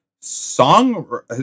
song